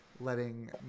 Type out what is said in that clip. Letting